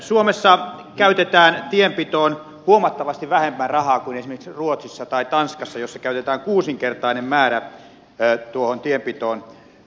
suomessa käytetään tienpitoon huomattavasti vähemmän rahaa kuin esimerkiksi ruotsissa tai tanskassa joissa käytetään kuusinkertainen määrä tuohon tienpitoon